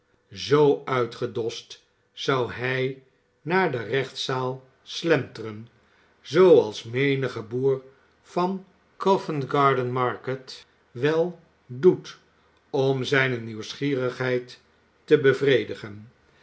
zoo uitgedost zou hij naar de gerechtszaal slenteren zooals menige boer van covent oard e n m a r k e t wel doet om zijne nieuwsgierigheid te bevredigen